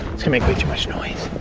to make way too much noise.